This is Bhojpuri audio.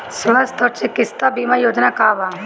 स्वस्थ और चिकित्सा बीमा योजना का बा?